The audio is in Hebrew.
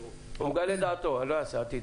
אם אני רוצה להקים